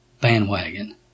bandwagon